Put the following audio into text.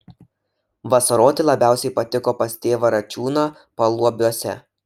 vasaroti labiausiai patiko pas tėvą račiūną paluobiuose